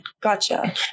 Gotcha